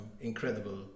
incredible